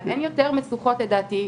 אז אין יותר משוכות לדעתי,